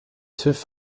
tüv